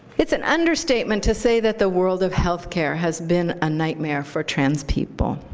it's an understatement to say that the world of health care has been a nightmare for trans people,